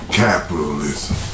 capitalism